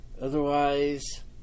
Otherwise